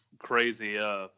crazy